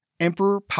Emperor